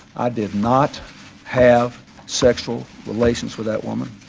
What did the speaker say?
ah did not have sexual relations with that woman,